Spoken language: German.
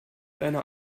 einer